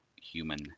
human